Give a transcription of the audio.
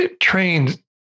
trained